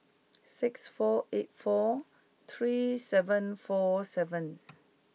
six four eight four three seven four seven